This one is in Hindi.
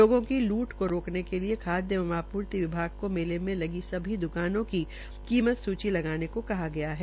लोगों की लूट को रोकने के लिये खाद्य एवं आपूर्ति विभाग को मेले में लगी सभी द्कानों की कीमत सूची लगाने को कहा गया है